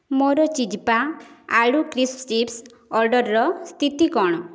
ମୋର ଚିଜପ୍ପା ଆଳୁ କ୍ରିସ୍ପ୍ ଚିପ୍ସ୍ ଅର୍ଡ଼ର୍ର ସ୍ଥିତି କ'ଣ